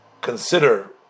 consider